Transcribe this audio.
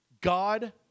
God